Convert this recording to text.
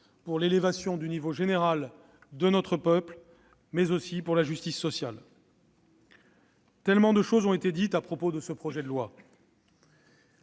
pour l'élévation du niveau général de notre peuple, mais aussi pour la justice sociale. Tant de choses ont été dites à propos de ce projet de loi